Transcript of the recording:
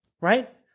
right